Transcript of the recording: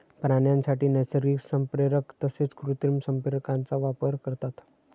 प्राण्यांसाठी नैसर्गिक संप्रेरक तसेच कृत्रिम संप्रेरकांचा वापर करतात